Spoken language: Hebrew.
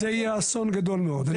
זה יהיה אסון גדול מאוד.